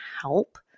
help